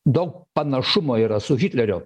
daug panašumo yra su hitlerio